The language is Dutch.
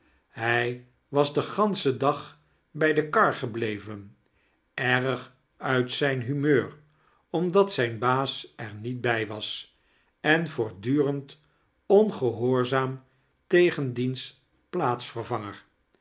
hij was den gahschen dag bij de kar gebleveti eirg uit zijn humeur omdat zijn baas er niet bij was en voortdurend ongahoorzaam tegen diens plaatsvervangex